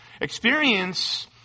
experience